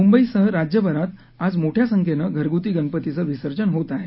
मुंबईसह राज्यभरात आज मोठ्या संख्येनं घरगुती गणपतीचं विसर्जन होत आहे